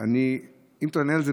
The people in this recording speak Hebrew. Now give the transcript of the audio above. אם תענה על זה,